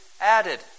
added